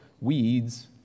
weeds